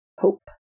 Hope